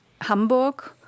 Hamburg